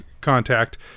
contact